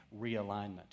realignment